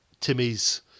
Timmy's